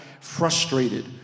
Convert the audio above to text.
frustrated